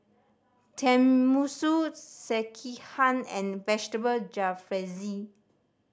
Tenmusu Sekihan and Vegetable Jalfrezi